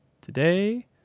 today